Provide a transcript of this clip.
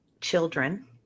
children